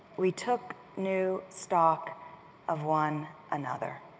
we took new stock of one another.